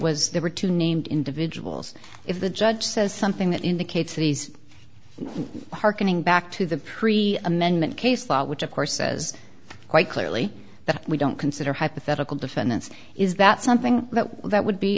was there were two named individuals if the judge says something that indicates that he's harkening back to the pre amendment case law which of course says quite clearly that we don't consider hypothetical defendants is that something that would be